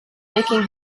making